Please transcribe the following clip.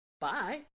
Bye